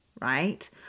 right